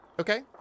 Okay